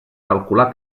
calcular